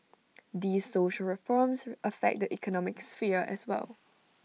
these social reforms affect the economic sphere as well